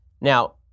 Now